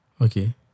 Okay